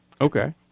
Okay